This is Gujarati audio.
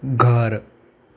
ઘર